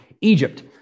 Egypt